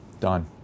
Done